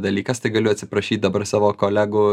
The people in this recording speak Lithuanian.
dalykas tai galiu atsiprašyt dabar savo kolegų